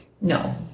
No